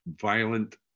violent